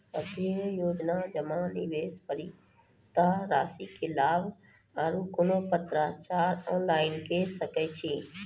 सभे योजना जमा, निवेश, परिपक्वता रासि के लाभ आर कुनू पत्राचार ऑनलाइन के सकैत छी?